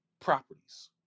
properties